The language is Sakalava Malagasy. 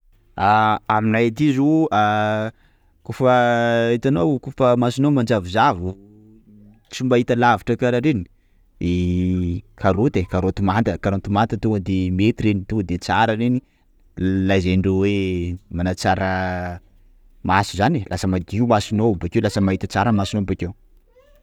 Aminay aty zao koafa hitanao koafa masonao manjavonjavo tsy mahita lavitra karaha reny, karaoty ai, karaoty manta karaoty manta tonga de mety reny, tonga de tsara reny, lazainy ndreo hoe manatsara maso zany ai, lasa madio masonao bokeo, lasa mahita tsara masonao bokeo.